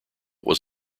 was